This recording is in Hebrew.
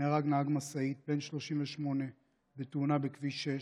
נהרג נהג משאית בן 38 בתאונה בכביש 6,